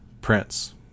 Prince